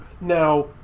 Now